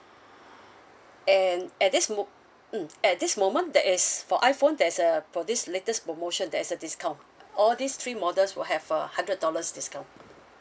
and at this mo~ mm at this moment that is for iphone there's a for this latest promotion there's a discount all these three models will have a hundred dollars discount